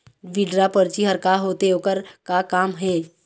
Withdraw परची हर का होते, ओकर का काम हे?